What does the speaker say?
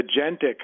agentic